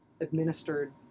administered